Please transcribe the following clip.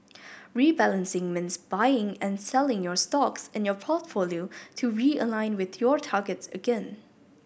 rebalancing means buying and selling stocks in your portfolio to realign with your targets again